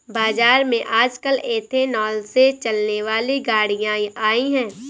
बाज़ार में आजकल एथेनॉल से चलने वाली गाड़ियां आई है